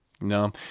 No